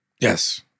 Yes